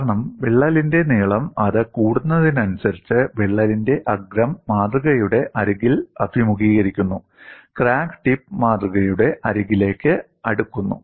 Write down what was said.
കാരണം വിള്ളലിന്റെ നീളം അത് കൂടുന്നതിനനുസരിച്ച് വിള്ളലിന്റെ അഗ്രം മാതൃകയുടെ അരികിൽ അഭിമുഖീകരിക്കുന്നു ക്രാക്ക് ടിപ്പ് മാതൃകയുടെ അരികിലേക്ക് അടുക്കുന്നു